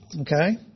Okay